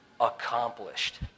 accomplished